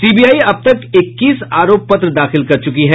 CBI अब तक इक्कीस आरोप पत्र दाखिल कर चुकी है